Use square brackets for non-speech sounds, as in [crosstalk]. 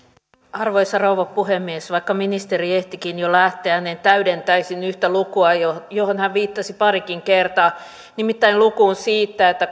arvoisa rouva puhemies vaikka ministeri ehtikin jo lähteä niin täydentäisin yhtä lukua johon johon hän viittasi parikin kertaa nimittäin lukua siitä että [unintelligible]